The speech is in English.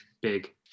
big